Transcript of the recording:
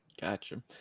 gotcha